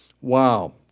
Wow